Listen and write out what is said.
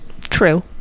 true